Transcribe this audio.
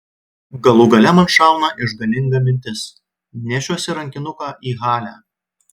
galų gale man šauna išganinga mintis nešiuosi rankinuką į halę